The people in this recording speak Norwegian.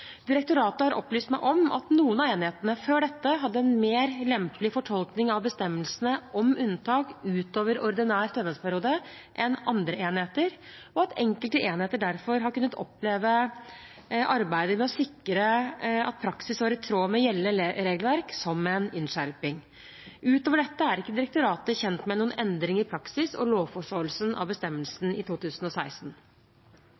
Direktoratet har opplyst meg om at noen av enhetene før dette hadde en mer lempelig fortolkning av bestemmelsen om unntak utover ordinær stønadsperiode enn andre enheter, og at enkelte enheter derfor har kunnet oppleve arbeidet med å sikre at praksis var i tråd med gjeldende regelverk, som en innskjerping. Utover dette er ikke direktoratet kjent med noen endring i praksis og lovforståelsen av